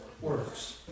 works